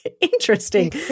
interesting